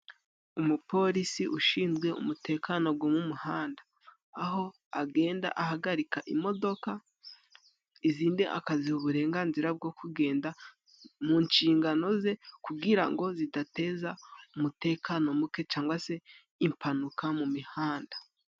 Umupolisi ushinzwe umutekano go muhanda aho agenda ahagarika imodoka izindi akaziha uburenganzira bwo kugenda mu nshingano ze, kugira ngo zidateza umutekano muke cyangwa se impanuka mu mihanda.